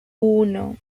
uno